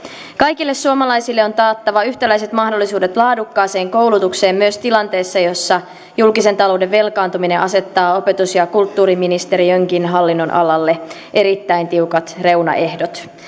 kaikille suomalaisille on taattava yhtäläiset mahdollisuudet laadukkaaseen koulutukseen myös tilanteessa jossa julkisen talouden velkaantuminen asettaa opetus ja kulttuuriministeriönkin hallinnonalalle erittäin tiukat reunaehdot